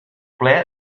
ple